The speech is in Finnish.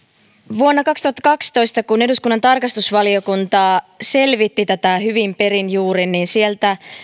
vuonna kaksituhattakaksitoista kun eduskunnan tarkastusvaliokunta selvitti tätä hyvin perin juurin niin sieltä